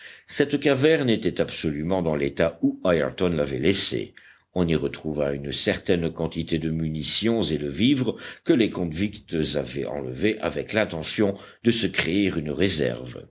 cette caverne était absolument dans l'état où ayrton l'avait laissée on y retrouva une certaine quantité de munitions et de vivres que les convicts avaient enlevés avec l'intention de se créer une réserve